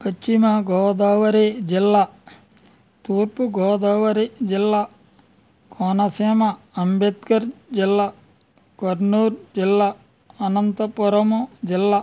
పశ్చిమ గోదావరి జిల్లా తూర్పు గోదావరి జిల్లా కోనసీమ అంబేద్కర్ జిల్లా కర్నూల్ జిల్లా అనంతపురము జిల్లా